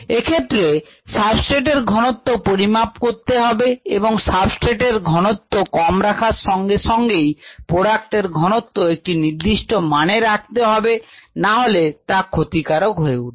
এক্ষেত্রে সাবস্ট্রেট এর ঘনত্ব পরিমাপ করতে হবে এবং সাবস্ট্রেট ঘনত্ব কম রাখার সঙ্গে সঙ্গেই প্রোডাক্ট এর ঘনত্ব একটি নির্দিষ্ট মানে রাখতে হবে না হলে তা ক্ষতিকারক হয়ে উঠবে